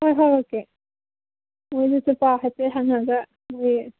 ꯍꯣꯏ ꯍꯪꯉꯛꯀꯦ ꯃꯣꯏꯗꯁꯨ ꯄꯥꯎ ꯍꯥꯏꯐꯦꯠ ꯍꯪꯉꯒ ꯃꯣꯏ